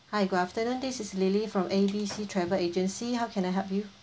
hi good afternoon this is lily from A B C travel agency how can I help you